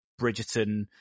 Bridgerton